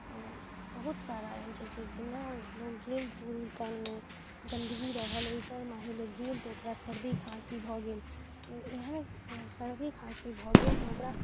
बहुत सारा एहन छै जे जेना लोग गेल धूल कणमे गन्दगी रहल ओइपर लोग गेल तऽ ओकरा सर्दी खाँसी भऽ गेल एहन सर्दी खाँसी भऽ गेल तऽ ओकरा